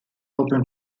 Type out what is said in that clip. open